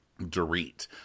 Dorit